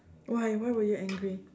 why why were you angry